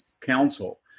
council